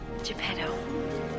Geppetto